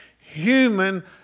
human